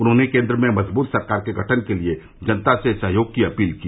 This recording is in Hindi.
उन्होंने केन्द्र में मजबूत सरकार के गठन के लिये जनता से सहयोग की अपील की